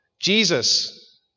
Jesus